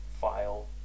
file